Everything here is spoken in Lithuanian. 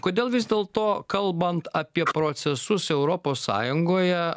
kodėl vis dėlto kalbant apie procesus europos sąjungoje